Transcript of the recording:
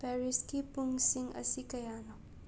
ꯄꯦꯔꯤꯁꯀꯤ ꯄꯨꯡꯁꯤꯡ ꯑꯁꯤ ꯀꯌꯥꯅꯣ